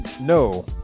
no